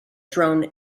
drone